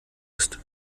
ist